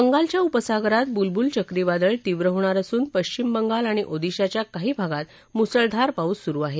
बंगालच्या उपसागरात बुलबुल चक्रीवादळ तीव्र होणार असून पश्चिम बंगाल आणि ओदिशाच्या काही भागात मुसळधार पाऊस सुरु आहे